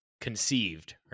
conceived